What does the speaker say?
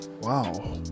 wow